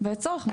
צורך,